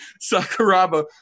sakuraba